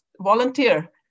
volunteer